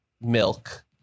milk